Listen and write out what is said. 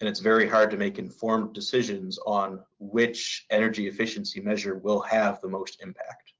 and it's very hard to make informed decisions on which energy efficiency measure will have the most impact.